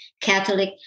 Catholic